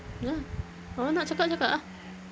ya lah awak nak cakap cakap ah